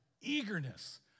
eagerness